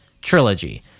trilogy